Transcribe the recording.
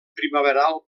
primaveral